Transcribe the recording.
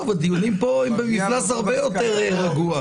פה הדיונים במפלס הרבה יותר רגוע.